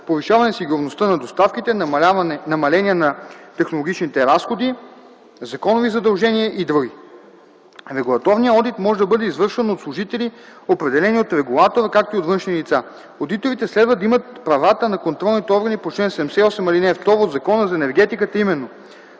повишаване сигурността на доставките, намаление на технологичните разходи, законови задължения и други. Регулаторният одит може да бъде извършван от служители, определени от регулатора, както и от външни лица. Одиторите следва да имат правата на контролните органи по чл. 78, ал. 2 от Закона за енергетиката, а именно: